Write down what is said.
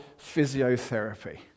physiotherapy